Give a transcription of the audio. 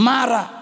Mara